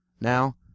now